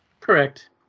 Correct